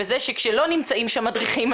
וזה שכשלא נמצאים שם מדריכים,